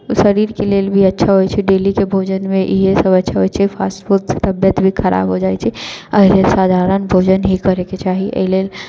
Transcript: शरीरके लेल भी अच्छा होइ छै डेलिके भोजनमे इहे सभ अच्छा होइ छै फास्ट फूडसँ तबियत भी खराब हो जाइ छै आओर साधारण भोजन ही करैके चाही एहि लेल